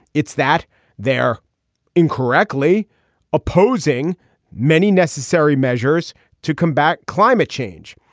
it's that they're incorrectly opposing many necessary measures to combat climate change.